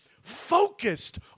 focused